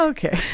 Okay